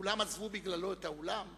כולם עזבו בגללו את האולם?